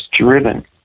driven